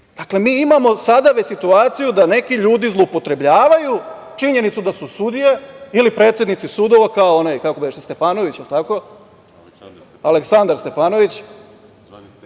Dakle, mi imamo sada već situaciju da neki ljudi zloupotrebljavaju činjenicu da su sudije ili predsednici sudova kao onaj Stefanović Aleksandar…(Aleksandar Martinović: